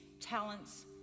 talents